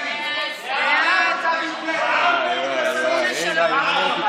ההצעה להעביר את הצעת חוק שכר מינימום (תיקון,